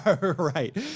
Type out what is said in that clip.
Right